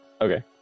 Okay